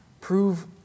Prove